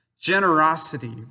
Generosity